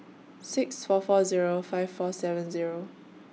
six four four Zero five four seven Zero